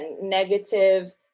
negative